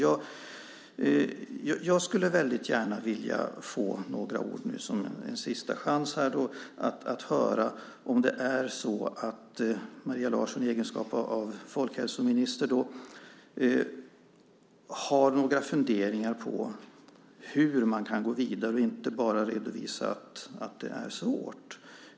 Jag skulle väldigt gärna vilja höra om Maria Larsson i egenskap av folkhälsominister har några funderingar på hur man kan gå vidare och inte bara redovisar att det är svårt.